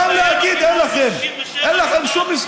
אבל אי-אפשר גם לכבוש וגם לשלוט וגם להגיד: אין לכם שום זכות.